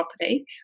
property